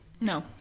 No